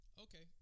Okay